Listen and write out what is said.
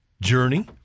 Journey